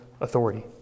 authority